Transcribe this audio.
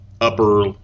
upper